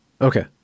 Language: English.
Okay